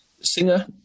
singer